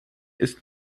ist